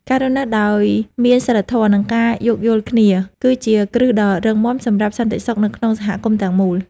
ការរស់នៅដោយមានសីលធម៌ និងការយោគយល់គ្នា គឺជាគ្រឹះដ៏រឹងមាំសម្រាប់សន្តិសុខនៅក្នុងសហគមន៍ទាំងមូល។